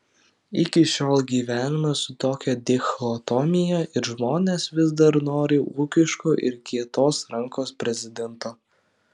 iki šiol gyvenama su tokia dichotomija ir žmonės vis dar nori ūkiško ir kietos rankos prezidento